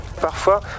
Parfois